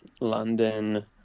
London